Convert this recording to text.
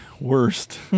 worst